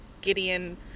Gideon